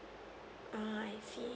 uh I see